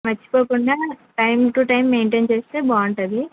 మర్చిపోకుండా time to time maintain చేస్తే బాగుంటుంది